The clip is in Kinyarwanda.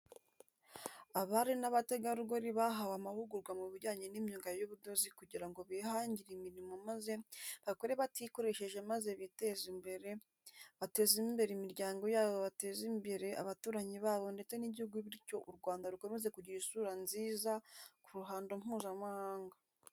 Abari n'abategarugori bahawe amahururwa mu bijyanye n'imyuga y'ubudozi kugira ngo bihangire imirimo maze bakore batikoresheje maze biteze imbere, bateze imbere imiryango yabo bateze imbire abaturanyi babo ndetse n'Igihugu byityo u Rwanda rukomeze kugira isura nziza ku ruhando mpuza mahanga.